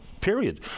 period